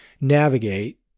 navigate